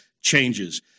changes